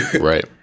Right